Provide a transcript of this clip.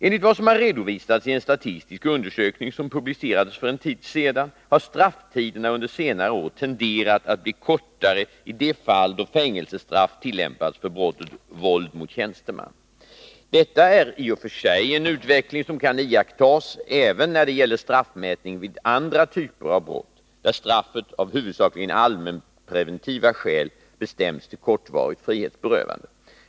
Enligt vad som har redovisats i en statistisk undersökning som publicerades för en tid sedan har strafftiderna under senare år tenderat att bli kortare i de fall då fängelsestraff tillämpats för brottet våld mot tjänsteman. Detta är i och för sig en utveckling som kan iakttas även när det gäller straffmätning vid andra typer av brott, där straffet av huvudsakligen allmänpreventiva skäl bestäms till kortvarigt frihetsberövande.